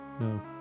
No